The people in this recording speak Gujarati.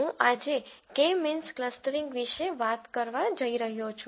હું આજે કે મીન્સ ક્લસ્ટરિંગ વિશે વાત કરવા જઇ રહ્યો છું